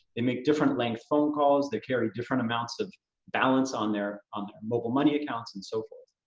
they make different length phone calls. they carry different amounts of balance on their on their mobile money accounts and so forth.